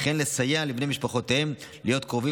וכן לסייע לבני משפחותיהם להיות קרובים